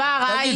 תגיד,